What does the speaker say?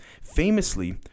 famously